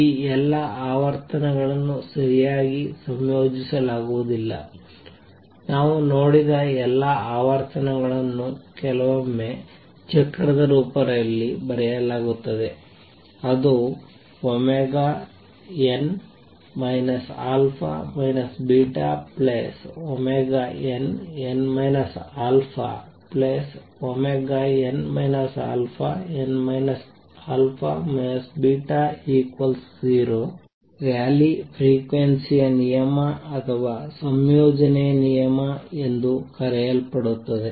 ಈ ಎಲ್ಲಾ ಆವರ್ತನಗಳನ್ನು ಸರಿಯಾಗಿ ಸಂಯೋಜಿಸಲಾಗುವುದಿಲ್ಲ ನಾವು ನೋಡಿದ ಎಲ್ಲಾ ಆವರ್ತನಗಳು ಕೆಲವೊಮ್ಮೆ ಚಕ್ರದ ರೂಪದಲ್ಲಿ ಬರೆಯಲಾಗುತ್ತದೆ ಅದು n α βnn αn αn α β0 ರ್ಯಾಲಿ ಫ್ರೀಕ್ವೆನ್ಸಿ ಸ್ಯೂ ನಿಯಮ ಅಥವಾ ಸಂಯೋಜನೆಯ ನಿಯಮ ಎಂದು ಕರೆಯಲ್ಪಡುತ್ತದೆ